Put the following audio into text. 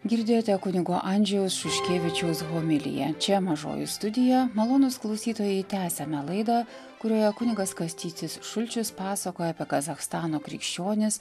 girdėjote kunigo andžejaus šuškevičiaus homiliją čia mažoji studija malonūs klausytojai tęsiame laidą kurioje kunigas kastytis šulčius pasakoja apie kazachstano krikščionis